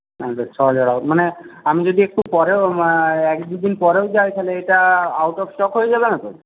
ছহাজার মানে আমি যদি একটু পরেও এক দুদিন পরেও যাই তাহলে এটা আউট অফ স্টক হয়ে যাবে না তো